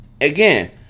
Again